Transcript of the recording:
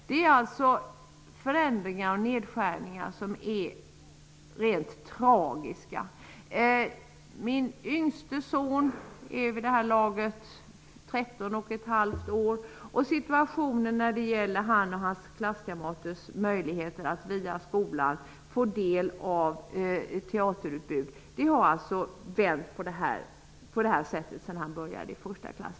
Det är förändringar och nedskärningar som är rent tragiska. Min yngste son är vid det här laget tretton och ett halvt år gammal. Situationen när det gäller hans och hans klasskamraters möjligheter att via skolan få del av teaterutbud har vänt helt och hållet sedan han började i första klass.